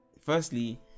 firstly